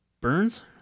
Burns